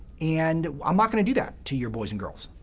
and i'm not going to do that to your boys and girls.